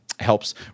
helps